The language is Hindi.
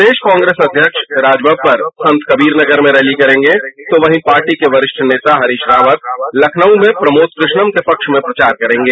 प्रदेश कांग्रेस अध्यक्ष राजवब्बर संत कबीर नगर में रैली करेगे तो वहीं पार्टी के वरिष्ठ नेता हरीश रावत लखनऊ में प्रमोद कृष्णम के पक्ष में प्रचार करेंगे